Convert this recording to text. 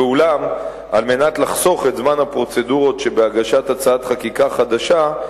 ואולם כדי לחסוך את זמן הפרוצדורות שבהגשת הצעת חקיקה חדשה,